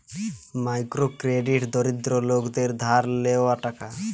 micro credit দরিদ্র লোকদের ধার লেওয়া টাকা